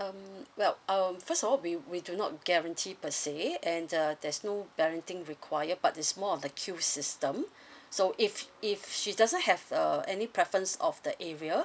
um well um first of all we we do not guarantee per se and uh there's no balloting required but is more of the queue system so if if she doesn't have err any preference of the area